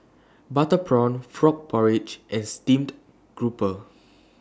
Butter Prawn Frog Porridge and Steamed Grouper